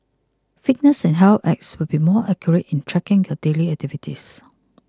fitness and health apps will be more accurate in tracking your daily activities